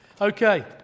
Okay